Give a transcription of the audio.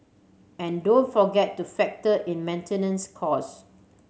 and don't forget to factor in maintenance costs